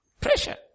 Pressure